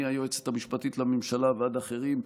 מהיועצת המשפטית לממשלה ועד אחרים,